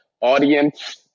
audience